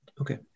Okay